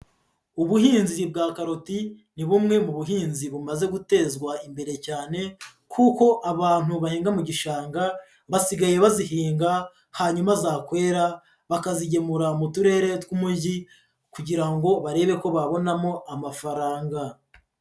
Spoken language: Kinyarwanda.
Ubuhinzi bwa karoti ni bumwe mu buhinzi bumaze gutezwa imbere cyane kuko abantu bahinga mu gishanga basigaye bazihinga hanyuma zakwera bakazigemura mu turere tw'umujyi kugira ngo barebe ko babonamo amafaranga.